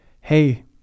hey